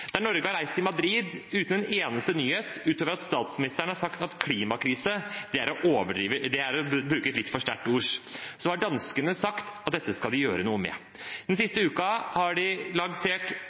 Der Norge har reist til Madrid uten en eneste nyhet – utover at statsministeren har sagt at «klimakrise» er å bruke et litt for sterkt ord – har danskene sagt at dette skal de gjøre noe med. Den siste uken har de lansert